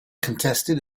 contested